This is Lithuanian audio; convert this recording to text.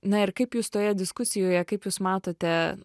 na ir kaip jūs toje diskusijoje kaip jūs matote